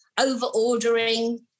over-ordering